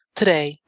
today